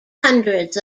hundreds